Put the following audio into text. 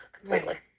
completely